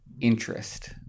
interest